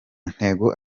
ntego